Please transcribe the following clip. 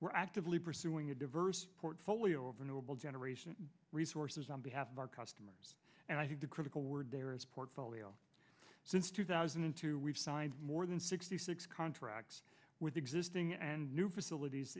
we're actively pursuing a diverse portfolio of unknowable generation resources on behalf of our customers and i think the critical word there is portfolio since two thousand and two we've signed more than sixty six contracts with existing and new facilities